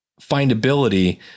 findability